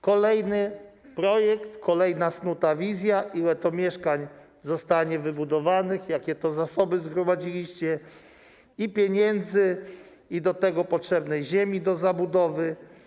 Kolejny projekt, kolejna snuta wizja, ile to mieszkań zostanie wybudowanych, jakie to zasoby zgromadziliście: i pieniędzy, i potrzebnej do tego ziemi do zabudowy.